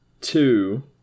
two